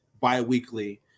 bi-weekly